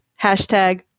Hashtag